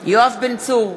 יואב בן צור,